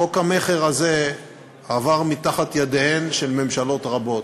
חוק המכר הזה עבר מתחת ידיהן של ממשלות רבות.